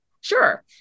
Sure